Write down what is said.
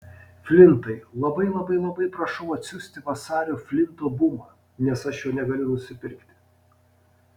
flintai labai labai labai prašau atsiųsti vasario flinto bumą nes aš jo negaliu nusipirkti